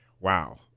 wow